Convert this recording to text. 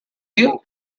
you